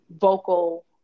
vocal